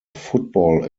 football